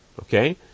Okay